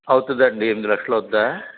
అవుతుందండీ ఎనిమిది లక్ష అవ్వుద్ధా